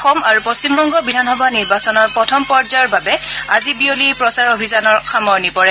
অসম আৰু পশ্চিমবংগ বিধানসভা নিৰ্বাচনৰ প্ৰথম পৰ্যায়ৰ বাবে আজি বিয়লি প্ৰচাৰ অভিযানৰ সামৰণি পৰে